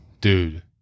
dude